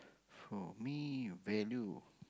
for me value